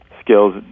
skills